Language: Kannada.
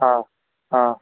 ಹಾಂ ಹಾಂ